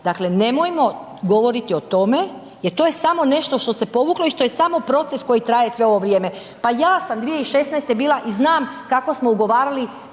Dakle, nemojmo govoriti o tome jer to je samo nešto što se povuklo i što je samo proces koji traje sve ovo vrijeme, pa ja sam 2016. bila i znam kako smo ugovarali